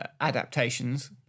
adaptations